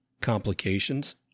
complications